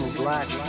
black